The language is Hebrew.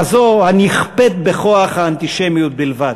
כזו הנכפית בכוח האנטישמיות בלבד.